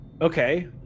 Okay